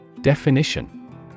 Definition